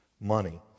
money